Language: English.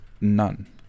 None